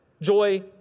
Joy